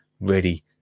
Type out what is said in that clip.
ready